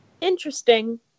Interesting